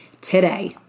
today